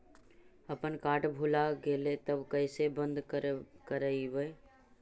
अपन कार्ड भुला गेलय तब कैसे बन्द कराइब?